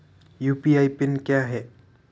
UPI PIN क्या है?